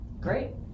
Great